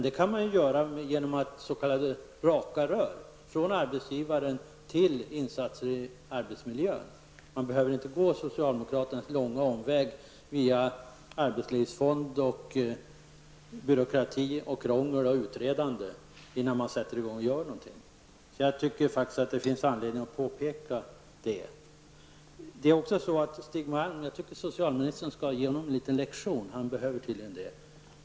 Det kan man göra bl.a. med ''raka rör'' från arbetsgivaren eller insatser i arbetsmiljön. Man behöver inte gå socialdemokraternas långa omväg via arbetslivsfonden, byråkrati, krångel och utredande innan man gör något. Jag tycker faktiskt att det finns anledning att påpeka det. Jag tycker att socialministern skall ge Stig Malm en liten lektion. Han behöver tydligen det.